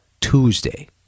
Tuesday